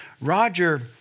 Roger